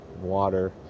water